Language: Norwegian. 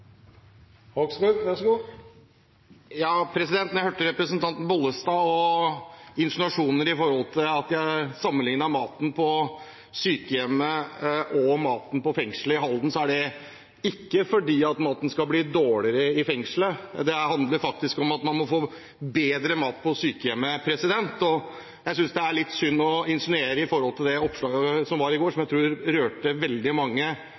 hørte representanten Bollestad og insinuasjoner som gjaldt at jeg sammenlignet maten på sykehjemmet og maten i fengselet i Halden. Det er ikke fordi maten skal bli dårligere i fengselet – det handler faktisk om at man må få bedre mat på sykehjemmet. Jeg synes det er litt synd å insinuere noe ut fra det oppslaget som var i går, som jeg tror rørte veldig mange